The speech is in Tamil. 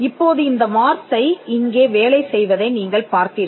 இப்போது இந்த வார்த்தை இங்கே வேலை செய்வதை நீங்கள் பார்த்தீர்கள்